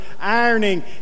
ironing